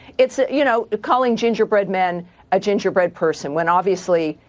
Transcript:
it's, ah you know, calling gingerbread men a gingerbread person, when, obviously,